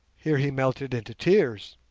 here he melted into tears.